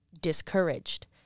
Discouraged